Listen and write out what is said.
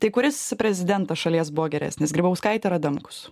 tai kuris prezidentas šalies buvo geresnis grybauskaitė ar adamkus